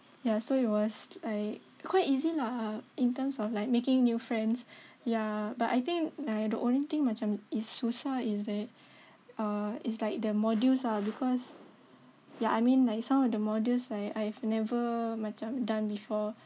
ya so it was like quite easy lah in terms of like making new friends yeah but I think now the only thing macam susah is that uh is like the modules ah because ya I mean like some of the modules it's like I've never macam done before